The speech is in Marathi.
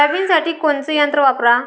सोयाबीनसाठी कोनचं यंत्र वापरा?